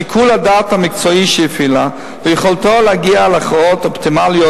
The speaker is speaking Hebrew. שיקול הדעת המקצועי שהפעילה ויכולתה להגיע להכרעות אופטימליות